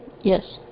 Yes